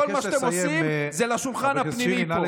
כל מה שאתם עושים הוא לשולחן הפנימי פה.